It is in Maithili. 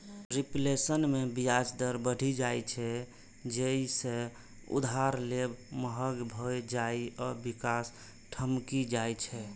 रिफ्लेशन मे ब्याज दर बढ़ि जाइ छै, जइसे उधार लेब महग भए जाइ आ विकास ठमकि जाइ छै